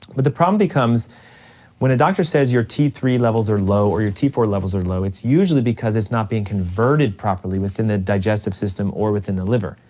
but the problem becomes when a doctor says your t three levels are low or your t four levels are low, it's usually because because it's not being converted properly within the digestive system or within the liver.